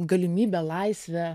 galimybę laisvę